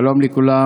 שלום לכולם.